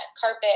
carpet